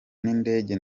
n’indege